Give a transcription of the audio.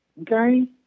Okay